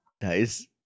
Nice